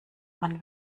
man